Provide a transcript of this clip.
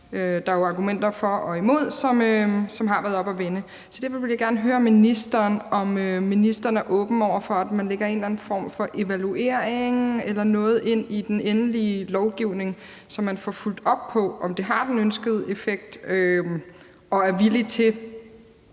er jo argumenter for og imod, som har været oppe at vende. Så derfor vil jeg gerne høre ministeren, om hun er åben over for, at man lægger en eller anden form for evaluering eller noget ind i den endelige lovgivning, så man får fulgt op på, om det har den ønskede effekt, og er villig til